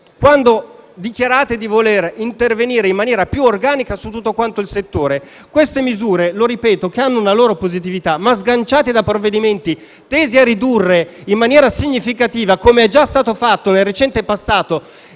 che dichiarate di voler intervenire in maniera più organica su tutto il settore. Queste misure, che hanno una loro positività (lo ripeto), ma sono sganciate da provvedimenti tesi a ridurre in maniera significativa - come è già stato fatto nel recente passato